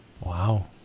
Wow